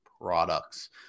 products